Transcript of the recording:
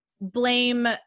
blame